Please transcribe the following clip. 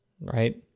Right